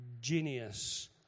genius